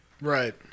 Right